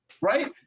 right